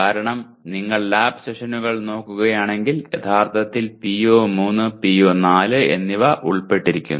കാരണം നിങ്ങൾ ലാബ് സെഷനുകൾ നോക്കുകയാണെങ്കിൽ യഥാർത്ഥത്തിൽ PO3 PO4 എന്നിവ ഉൾപ്പെട്ടിരിക്കുന്നു